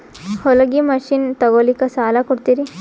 ಹೊಲಗಿ ಮಷಿನ್ ತೊಗೊಲಿಕ್ಕ ಸಾಲಾ ಕೊಡ್ತಿರಿ?